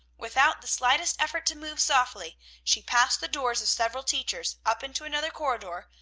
without the slightest effort to move softly, she passed the doors of several teachers, up into another corridor,